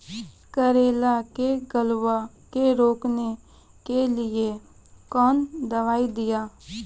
करेला के गलवा के रोकने के लिए ली कौन दवा दिया?